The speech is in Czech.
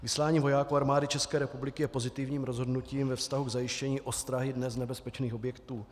Vyslání vojáků Armády České republiky je pozitivním rozhodnutím ve vztahu k zajištění ostrahy dnes nebezpečných objektů.